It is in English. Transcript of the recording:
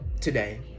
Today